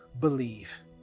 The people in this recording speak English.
believe